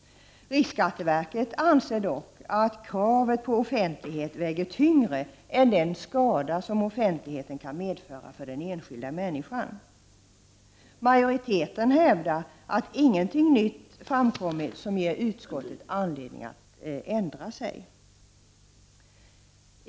Riksskatteverket anser dock att kravet på offentlighet väger tyngre än den skada offentligheten kan medföra för den enskilda människan. Majoriteten hävdar att ingenting nytt framkommit som ger utskottet anledning att ändra synpunkt.